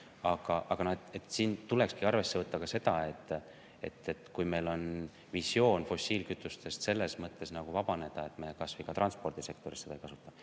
Aga siin tulekski arvesse võtta ka seda, et kui meil on visioon fossiilkütustest selles mõttes vabaneda, et me kas või transpordisektoris seda ei kasuta,